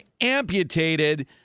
amputated